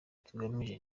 tugamije